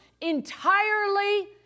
entirely